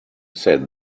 said